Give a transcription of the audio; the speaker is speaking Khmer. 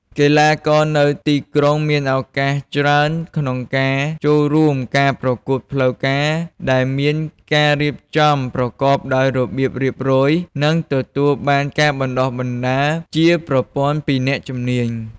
កីឡាករនៅទីក្រុងមានឱកាសច្រើនក្នុងការចូលរួមការប្រកួតផ្លូវការដែលមានការរៀបចំប្រកបដោយរបៀបរៀបរយ និងទទួលបានការបណ្ដុះបណ្ដាលជាប្រព័ន្ធពីអ្នកជំនាញ។